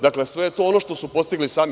Dakle, sve je to ono što su postigli sami.